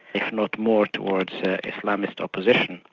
if not more, towards islamist opposition.